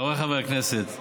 חבריי חברי הכנסת,